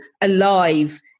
alive